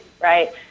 right